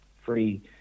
free